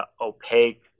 opaque